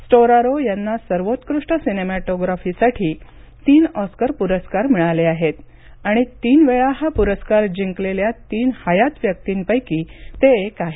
Storaro यांना सर्वोत्कृष्ट सिनेमॅटोप्राफीसाठी तीन ऑस्कर पुरस्कार मिळाले आहेत आणि तीन वेळा हा पुरस्कार जिंकलेल्या तीन हयात व्यक्तींपैकी ते एक आहेत